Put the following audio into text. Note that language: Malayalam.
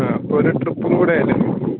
ആ ഒരു ട്രിപ്പും കൂടെയല്ലേ